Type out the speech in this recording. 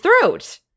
throat